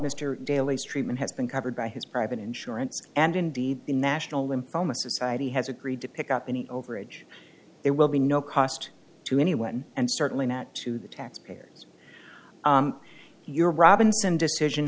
mr daly's treatment has been covered by his private insurance and indeed the national lymphoma society has agreed to pick up any overage there will be no cost to anyone and certainly not to the taxpayers your robinson decision